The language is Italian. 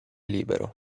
libero